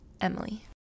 Emily